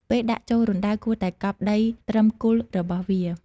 ពេលដាក់ចូលរណ្តៅ គួរតែកប់ដីត្រឹមគល់របស់វា។